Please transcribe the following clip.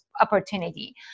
opportunity